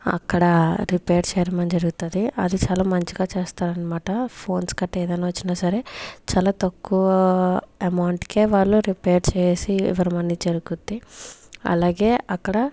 అక్కడ రిపేర్ చేయడమనేది జరుగుతది అది చాలా మంచిగా చేస్తారనమాట ఫోన్స్ గట్ర ఏదైనా వచ్చినా సరే చాలా తక్కువా ఎమౌంట్కే వాళ్ళు రిపేర్ చేసి ఇవ్వటం అనేది జరుగుతుంది అలాగే అక్కడ